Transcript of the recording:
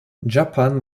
japan